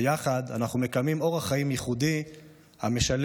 ויחד אנחנו מקיימים אורח חיים ייחודי המשלב